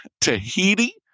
Tahiti